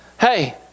hey